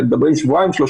אתם מדברים שבועיים-שלושה,